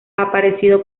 aparecido